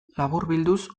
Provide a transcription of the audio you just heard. laburbilduz